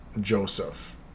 Joseph